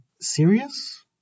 serious